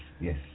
Yes